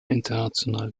international